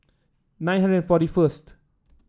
nine hundred forty first